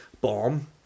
bomb